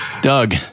Doug